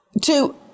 Two